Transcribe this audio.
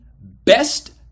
best